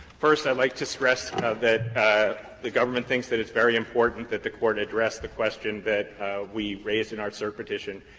first i would like to stress that the government thinks that it's very important that the court address the question that we raised in our cert petition,